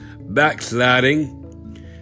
backsliding